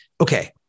Okay